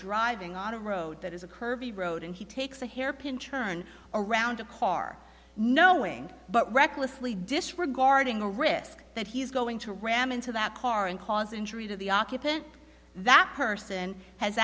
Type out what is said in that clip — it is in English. driving on a road that is a curvy road and he takes a hairpin turn around a car knowing but recklessly disregarding a risk that he's going to ram into that car and cause injury to the occupant that person has